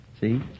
See